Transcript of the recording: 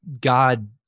God